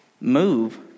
move